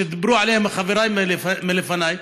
שדיברו עליהם חבריי לפניי,